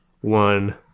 One